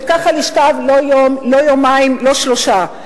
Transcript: וככה לשכב, לא יום, לא יומיים, לא שלושה.